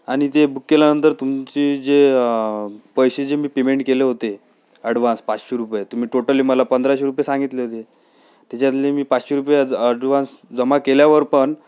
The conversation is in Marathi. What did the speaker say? आणि ते बुक केल्यानंतर तुमची जे पैशाचे मी पेमेंट केले होते ॲडव्हान्स पाचशे रुपये तुम्ही टोटली मला पंधराशे रुपये सांगितले होते तेच्यातले मी पाचशे रुपये ॲज ॲडव्हान्स जमा केल्यावर पण